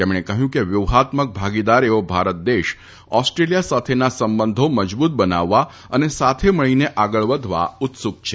તેમણે કહ્યું કે વ્યુફાત્મક ભાગીદાર એવો ભારત દેશ ઓસ્ટ્રેલિયા સાથેના સંબંધો મજબૂત બનાવવા અને સાથે મળીને આગળ વધવા ઉત્સુક છે